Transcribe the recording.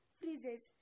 freezes